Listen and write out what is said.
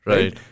Right